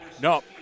No